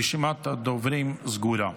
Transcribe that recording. רשימת הדוברים סגורה.